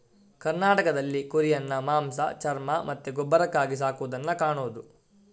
ಕರ್ನಾಟಕದಲ್ಲಿ ಕುರಿಯನ್ನ ಮಾಂಸ, ಚರ್ಮ ಮತ್ತೆ ಗೊಬ್ಬರಕ್ಕಾಗಿ ಸಾಕುದನ್ನ ಕಾಣುದು